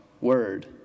word